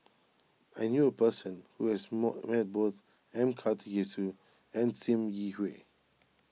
I knew a person who has more met both M Karthigesu and Sim Yi Hui